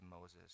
Moses